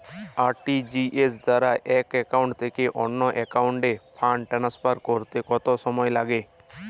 RTGS দ্বারা এক account থেকে অন্য একাউন্টে ফান্ড ট্রান্সফার করতে কত সময় লাগে?